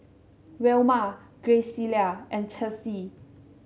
Wilma Graciela and Chessie